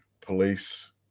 police